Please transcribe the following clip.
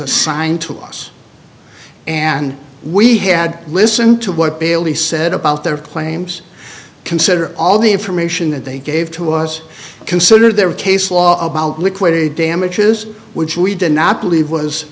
assigned to us and we had listened to what bailey said about their claims consider all the information that they gave to us consider their case law liquidated damages which we did not believe was